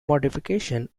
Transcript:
modifications